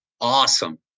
awesome